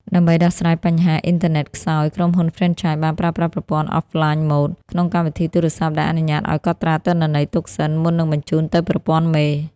ដើម្បីដោះស្រាយបញ្ហា "អ៊ីនធឺណិតខ្សោយ" ក្រុមហ៊ុនហ្វ្រេនឆាយបានប្រើប្រាស់ប្រព័ន្ធ Offline Mode ក្នុងកម្មវិធីទូរស័ព្ទ ដែលអនុញ្ញាតឱ្យកត់ត្រាទិន្នន័យទុកសិនមុននឹងបញ្ជូនទៅប្រព័ន្ធមេ។